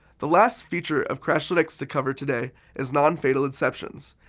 the last feature of crashlytics to cover today is nonfatal exceptions.